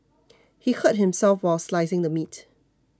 he hurt himself while slicing the meat